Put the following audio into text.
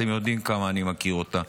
אתם יודעים כמה אני מכיר אותה,